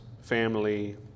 family